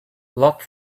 lots